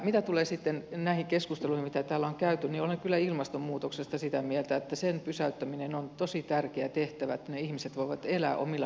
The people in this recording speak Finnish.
mitä tulee sitten näihin keskusteluihin mitä täällä on käyty niin olen kyllä ilmastonmuutoksesta sitä mieltä että sen pysäyttäminen on tosi tärkeä tehtävä jotta ne ihmiset voivat elää omilla kotikonnuillaan